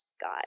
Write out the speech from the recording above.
God